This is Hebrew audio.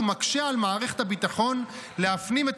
ומקשה על מערכת הביטחון להפנים את